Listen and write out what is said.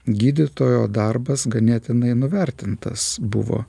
gydytojo darbas ganėtinai nuvertintas buvo